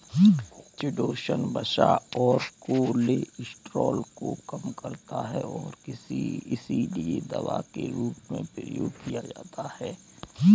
chitosan वसा और cholesterol को कम करता है और इसीलिए दवा के रूप में प्रयोग किया जाता है